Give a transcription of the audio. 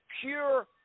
pure